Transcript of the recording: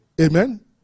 amen